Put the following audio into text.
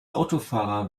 autofahrer